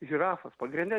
žirafos pagrinde